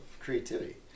creativity